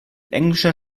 englischer